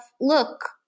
look